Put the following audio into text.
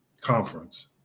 conference